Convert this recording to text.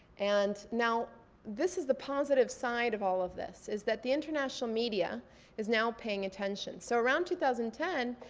and now this is the positive side of all of this, is that the internatonal media is now paying attention. so around two thousand and ten,